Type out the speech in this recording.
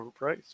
overpriced